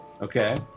Okay